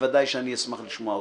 בוודאי שאני אשמח לשמוע אותך.